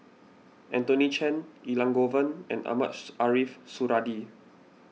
Anthony Chen Elangovan and Mohamed Ariff Suradi